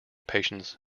patients